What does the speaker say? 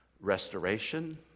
restoration